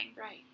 Right